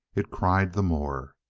it cried the more.